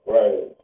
Right